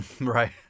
right